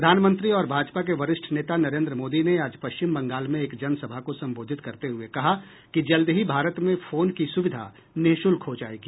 प्रधानमंत्री और भाजपा के वरिष्ठ नेता नरेन्द्र मोदी ने आज पश्चिम बंगाल में एक जनसभा को संबोधित करते हये कहा कि जल्द ही भारत में फोन की सुविधा निःशुल्क हो जायेगी